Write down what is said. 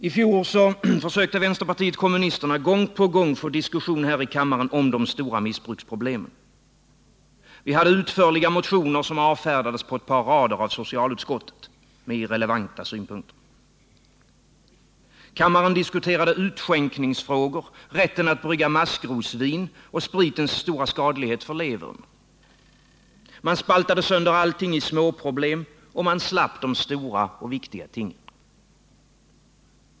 I fjol försökte vänsterpartiet kommunisterna gång på gång få en diskussion här i kammaren om de stora missbruksproblemen. Vi hade utförliga motioner, som avfärdades på ett par rader av socialutskottet med irrelevanta synpunkter. Kammaren diskuterade utskänkningsfrågor, rätten att brygga maskrosvin och spritens stora skadlighet för levern. Man spaltade sönder allting i småproblem, och man slapp de stora och viktiga tingen.